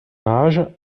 âge